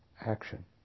action